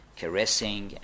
caressing